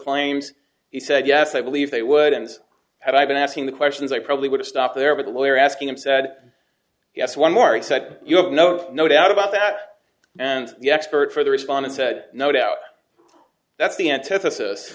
claims he said yes i believe they would and had i been asking the questions i probably would have stopped there with a lawyer asking him said yes one more he said you have no no doubt about that and the expert for the responded said no doubt that's the antithesis